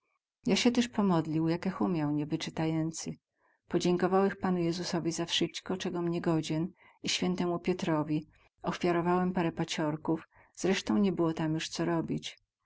ja sie tyz pomodlił jakech umiał niewycytajęcy podziękowałech panu jezusowi za wsyćko cegom nie godzien i świętemu pietrowi ohfiarowałech parę paciorków zreśtom nie było tam juz co robić